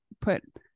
put